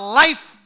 life